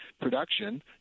production